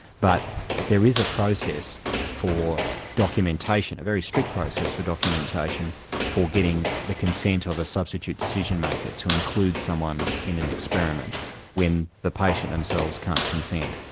but there is a process for documentation, a very strict process for documentation for getting the consent of a substitute decision-maker, to include someone in an experiment when the patient themselves can't consent.